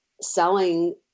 selling